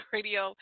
Radio